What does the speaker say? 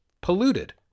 polluted